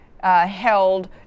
held